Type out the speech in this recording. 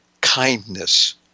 kindness